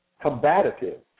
combative